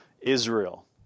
Israel